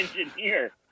engineer